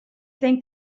think